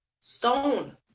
Stone